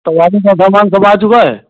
तो वाइरिंग का समान सब आ चुका है